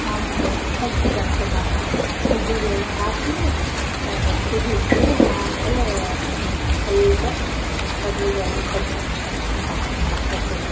ಆಮೇಲೆ ಸಜ್ಕ ಅಂತ ಮಾಡ್ತರ ಕಡ್ಲಿ ಬೇಳೆ ಹಾಕೀ ಅದು ಕುದಿಸಿ ಆಮೇಲೇ ಇದನ್ ಸೊಲ್ಪ ಕಡ್ಲಿ ಬ್ಯಾಳಿ ಸಜ್ಕ ಅಂತ ಅಂತಾರ ಅದ್ಕ ಹೆಸ್ರು